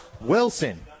Wilson